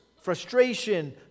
frustration